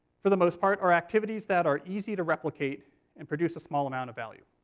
for the most part, are activities that are easy to replicate and produce a small amount of value.